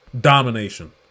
Domination